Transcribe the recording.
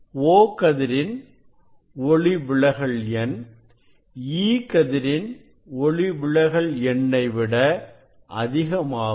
O கதிரின் ஒளிவிலகல் எண் E கதிரின் ஒளிவிலகல் எண்ணை விட அதிகமாகும்